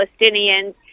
Palestinians